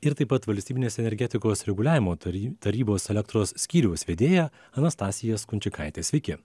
ir taip pat valstybinės energetikos reguliavimo taryb tarybos elektros skyriaus vedėja anastasija skunčikaite sveiki